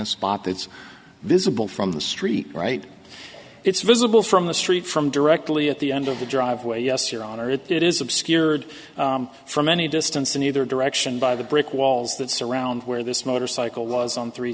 a spot that's visible from the street right it's visible from the street from directly at the end of the driveway yes your honor it is obscured from any distance in either direction by the brick walls that surround where this motorcycle was on three